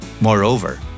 Moreover